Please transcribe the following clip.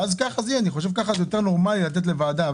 אני חושב שיותר נורמאלי לתת לוועדה.